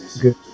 good